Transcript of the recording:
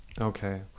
Okay